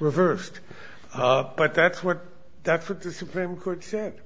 reversed but that's what that's what the supreme court said